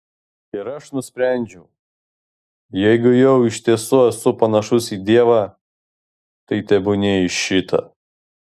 ir aš nusprendžiau jeigu jau iš tiesų esu panašus į dievą tai tebūnie į šitą